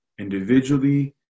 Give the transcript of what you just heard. individually